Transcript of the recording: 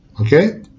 okay